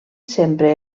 sempre